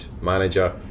manager